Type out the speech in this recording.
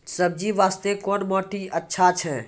सब्जी बास्ते कोन माटी अचछा छै?